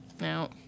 No